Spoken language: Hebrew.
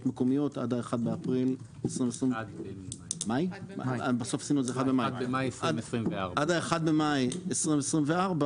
מקומיות עד ה-1 באפריל 2024. 1 במאי 2024. עד ה-1 במאי 2024,